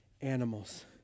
animals